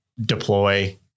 deploy